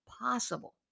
possible